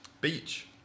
beach